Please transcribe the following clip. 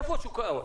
איפה שוק ההון?